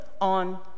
on